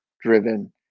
driven